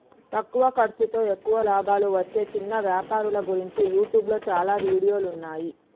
తక్కువ ఖర్సుతో ఎక్కువ లాభాలు వచ్చే చిన్న వ్యాపారాల గురించి యూట్యూబ్లో చాలా వీడియోలున్నయ్యి